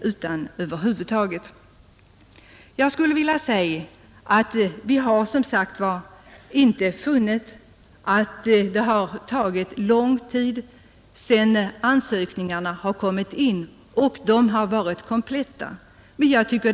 Utskottet har inte funnit fog för påståendet om långa handläggningstider.